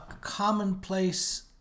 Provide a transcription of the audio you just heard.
commonplace